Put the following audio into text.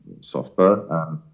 software